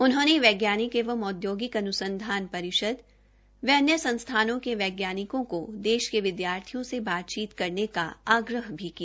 उन्होंने वैज्ञानिकों एवं औद्योगिक अन्संधान परिषद व अन्य संस्थाओं के वैज्ञानिको को देश के विद्यार्थियों से बातचीत करने का आग्रह भी किया